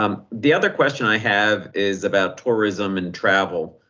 um the other question i have is about tourism and travel.